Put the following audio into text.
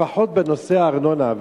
שלפחות בנושא הארנונה,